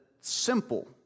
simple